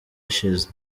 ashes